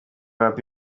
happy